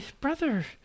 Brother